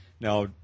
Now